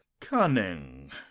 Cunning